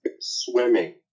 swimming